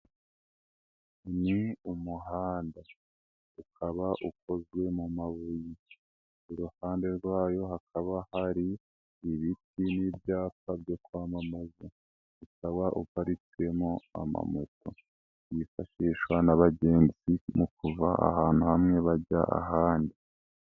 Ni umuhanda, ukaba ukozwe mu mabuye, ku ruhande rwayo hakaba hari ibiti n'ibyapa byo kwamamaza, ukaba uparitswemo amamoto, yifashishwa n'abagenzi mu kuva ahantu hamwe bajya ahandi.